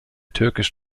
türkisch